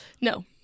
No